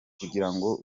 kugirango